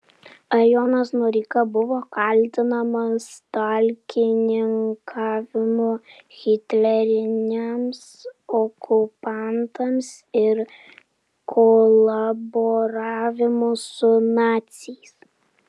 ar jonas noreika buvo kaltinamas talkininkavimu hitleriniams okupantams ir kolaboravimu su naciais